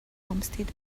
homestead